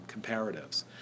comparatives